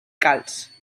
calç